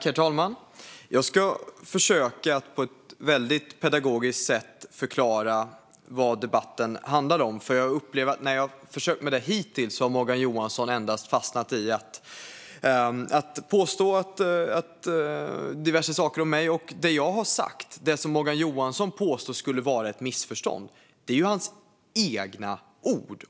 Herr talman! Jag ska på ett väldigt pedagogiskt sätt försöka förklara vad debatten handlar om. Jag upplever nämligen att när jag hittills har försökt har Morgan Johansson endast fastnat i att påstå diverse saker om mig. Det jag har talat om, det som Morgan Johansson påstår skulle vara ett missförstånd, är hans egna ord.